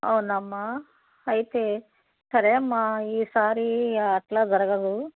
అవునా అమ్మా అయితే సరే అమ్మా ఈ సారి అలా జరుగదు